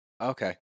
Okay